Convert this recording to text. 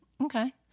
Okay